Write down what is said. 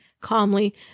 calmly